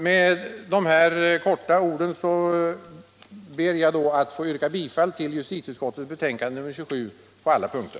Med det anförda yrkar jag bifall till justitieutskottets hemställan på alla punkter.